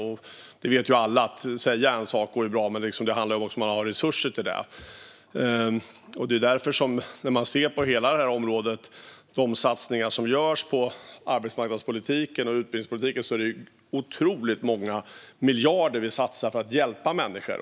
Alla vet att det går bra att säga en sak. Men det handlar också om att ha resurser till det. När man därför ser på hela detta område och de satsningar som görs på arbetsmarknadspolitiken och på utbildningspolitiken är det otroligt många miljarder som vi satsar på att hjälpa människor.